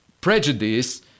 prejudice